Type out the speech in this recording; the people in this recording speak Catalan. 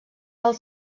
del